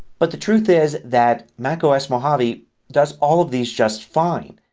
but the truth is that mac os mojave does all of these just fine.